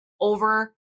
over